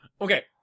Okay